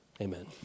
Amen